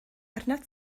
arnat